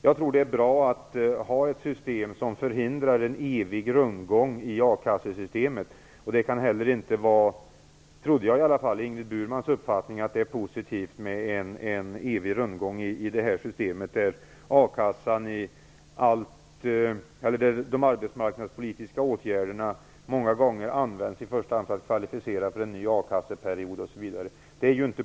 Jag tror att det är bra att ha ett system som förhindrar en evig rundgång i a-kassesystemet. Det kan inte heller vara Ingrid Burmans uppfattning - det tror jag i alla fall inte - att det är positivt med en evig rundgång, där de arbetsmarknadspolitiska åtgärderna många gånger används i första hand för att kvalificera för en ny a-kasseperiod, osv.